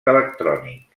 electrònic